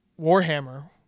Warhammer